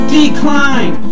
decline